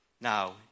Now